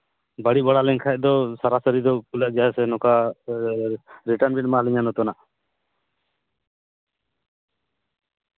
ᱵᱟᱹᱲᱤᱡ ᱵᱟᱲᱟ ᱞᱮᱱᱠᱷᱟᱱ ᱫᱚ ᱛᱟᱲᱟᱛᱟᱹᱲᱤ ᱫᱚ ᱠᱩᱞᱟᱹᱜ ᱜᱮᱭᱟ ᱥᱮ ᱱᱚᱝᱠᱟ ᱮᱴᱟᱜ ᱵᱮᱱ ᱮᱢᱟᱞᱤᱧᱟᱹ ᱱᱚᱛᱩᱱᱟᱜ